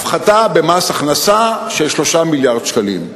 הפחתה במס הכנסה של 3 מיליארד שקלים.